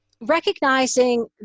recognizing